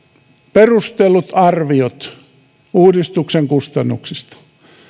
perustellut arviot uudistuksen kustannuksista